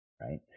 Right